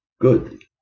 Good